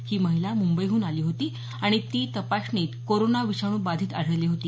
ही महिला मुंबईहून आली होती आणि तपासणीत ती कोरोना विषाणू बाधित आढळली होती